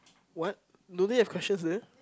what no need have questions there